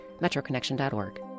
metroconnection.org